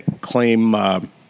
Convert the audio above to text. claim